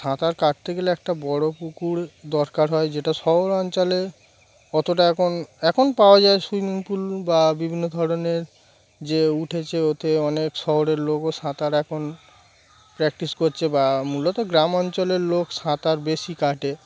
সাঁতার কাটতে গেলে একটা বড়ো পুকুর দরকার হয় যেটা শহর অঞ্চলে অতটা এখন এখন পাওয়া যায় সুইমিং পুল বা বিভিন্ন ধরনের যে উঠেছে ওতে অনেক শহরের লোকও সাঁতার এখন প্র্যাকটিস করছে বা মূলত গ্রাম অঞ্চলের লোক সাঁতার বেশি কাটে